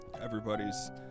Everybody's